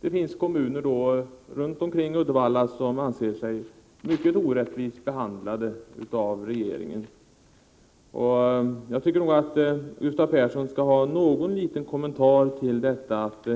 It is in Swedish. Det finns kommuner runt omkring Uddevalla som anser sig vara mycket orättvist behandlade av regeringen. Jag tycker nog att Gustav Persson borde ha någon liten kommentar till att